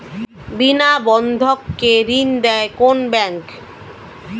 বিনা বন্ধক কে ঋণ দেয় কোন ব্যাংক?